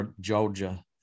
Georgia